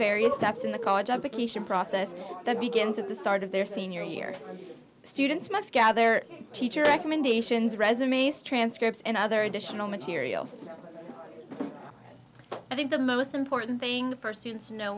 various steps in the college application process that begins at the start of their senior year students must gather teacher recommendations resumes transcripts and other additional materials i think the most important thing her students know